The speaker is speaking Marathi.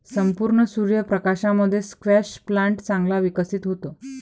संपूर्ण सूर्य प्रकाशामध्ये स्क्वॅश प्लांट चांगला विकसित होतो